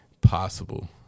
possible